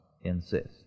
insist